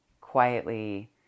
quietly